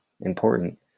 important